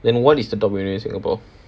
then what is the top university in singapore